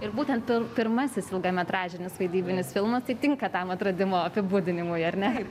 ir būtent pir pirmasis ilgametražis vaidybinis filmas tai tinka tam atradimo apibūdinimui ar ne